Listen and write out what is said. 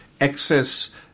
excess